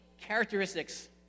characteristics